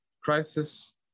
crisis